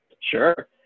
Sure